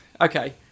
Okay